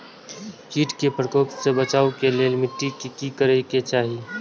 किट के प्रकोप से बचाव के लेल मिटी के कि करे के चाही?